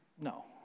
no